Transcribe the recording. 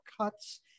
cuts